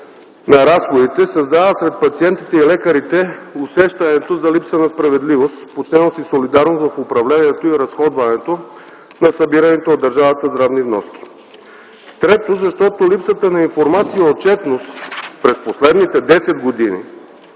на разходите създава сред пациентите и лекарите усещането за липса на справедливост, почтеност и солидарност в управлението и разходването на събираните от държавата здравни вноски. Трето, защото липсата на информация и отчетност през последните десет години